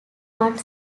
one